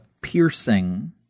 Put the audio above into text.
piercing